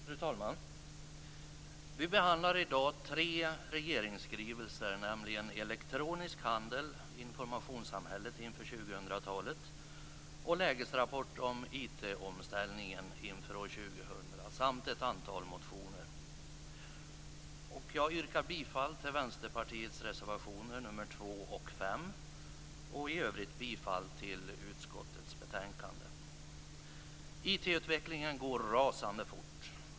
Fru talman! Vi behandlar i dag tre regeringsskrivelser, Elektronisk handel, Informationssamhället inför år 2000 och Lägesrapport om IT-omställningen inför år 2000 samt ett antal motioner. Jag yrkar bifall till Vänsterpartiets reservationer nr 2 och 5 och i övrigt bifall till utskottets hemställan i betänkandet. IT-utvecklingen går rasande fort.